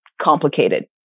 complicated